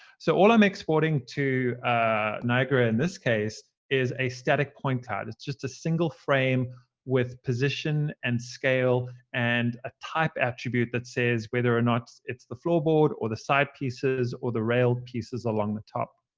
so all i'm exporting to ah niagara in this case is a static point. it's just a single frame with position and scale and a type attribute that says whether or not it's the floorboard or the side pieces or the rail pieces along the top.